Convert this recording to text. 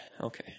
okay